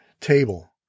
table